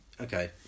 okay